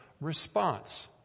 response